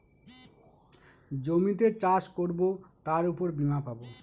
জমিতে চাষ করবো তার উপর বীমা পাবো